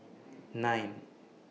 nine